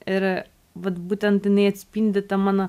ir vat būtent jinai atspindi tą mano